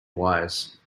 wires